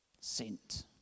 saint